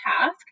task